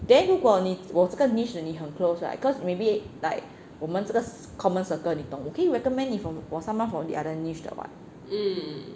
then 如果你我这个 niche 你很 close right cause maybe like 我们这个 common circle 你懂我可以 recommend 你 from 我 someone from the other niche 的 what